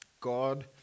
God